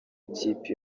ikipe